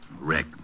Rick